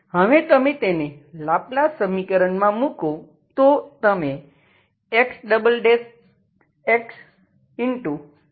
હવે તમે તેને લાપ્લાસ સમીકરણમાં મૂકો તો તમે Xx